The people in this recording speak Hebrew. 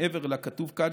מעבר לכתוב כאן,